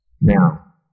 Now